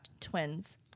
twins